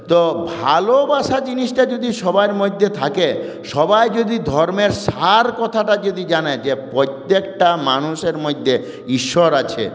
তো ভালোবাসা জিনিসটা যদি সবার মধ্যে থাকে সবাই যদি ধর্মের সার কথাটা যদি জানে যে প্রত্যেকটা মানুষের মধ্যে ঈশ্বর আছে